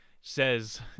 says